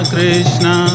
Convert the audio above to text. Krishna